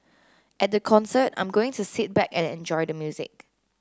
at the concert I'm going to sit back and enjoy the music